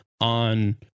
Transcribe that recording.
on